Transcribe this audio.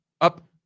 up